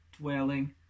dwelling